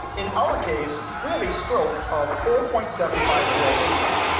in our case we have a stroke of four point seven five zero inches.